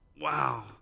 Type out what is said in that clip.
wow